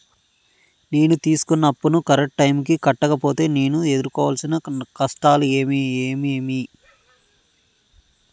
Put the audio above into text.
నేను తీసుకున్న అప్పును కరెక్టు టైముకి కట్టకపోతే నేను ఎదురుకోవాల్సిన కష్టాలు ఏమీమి?